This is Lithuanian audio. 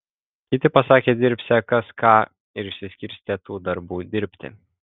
kiti pasakė dirbsią kas ką ir išsiskirstė tų darbų dirbti